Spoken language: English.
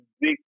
big